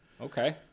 Okay